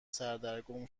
سردرگم